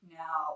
now